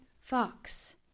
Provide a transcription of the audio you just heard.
Fox